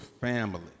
family